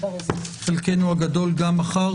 חלקנו הגדול ניפגש גם מחר.